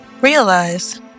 Realize